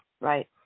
Right